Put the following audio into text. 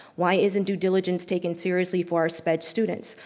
why isn't due diligence taken seriously for our sped students?